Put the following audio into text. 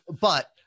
but-